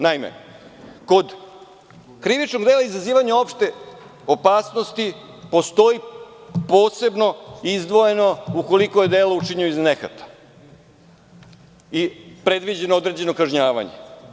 Naime, kod krivičnog dela izazivanja opšte opasnosti postoji posebno izdvojeno ukoliko je delo učinjeno iz nehata i predviđeno je određeno kažnjavanje.